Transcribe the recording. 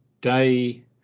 Day